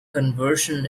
conversion